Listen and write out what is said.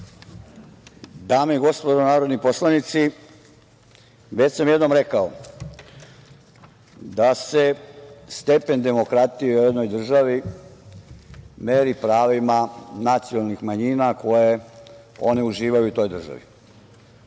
Dame i gospodo narodni poslanici, već sam jednom rekao da se stepen demokratije u jednoj državi meri pravima nacionalnih manjina koje one uživaju u toj državi.